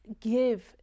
give